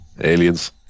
Aliens